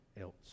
else